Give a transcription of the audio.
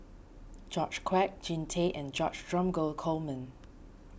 George Quek Jean Tay and George Dromgold Coleman